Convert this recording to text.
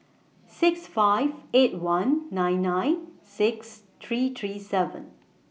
six five eight one nine nine six three three seven